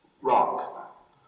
rock